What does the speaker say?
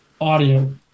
audio